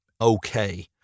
okay